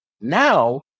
Now